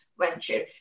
venture